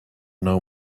know